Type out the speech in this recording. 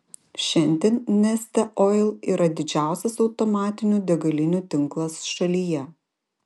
šiandien neste oil yra didžiausias automatinių degalinių tinklas šalyje